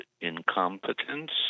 incompetence